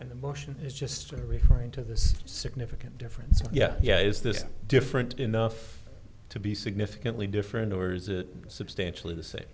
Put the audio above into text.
and emotion is just referring to this significant difference yeah yeah is this different enough to be significantly different or is a substantially the same